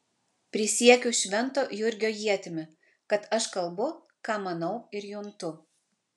prisiekiu švento jurgio ietimi kad aš kalbu ką manau ir juntu